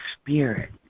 Spirit